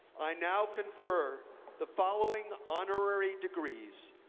i now confer the following honorary degrees.